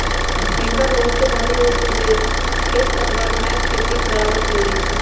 हेंगा बहुते भारी होइ छइ जे खेत पथार मैच के पिच बरोबर कएल जाइ छइ